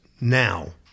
now